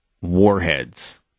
Warheads